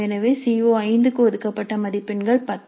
எனவே C O க்கு ஒதுக்கப்பட்ட மதிப்பெண்கள் 10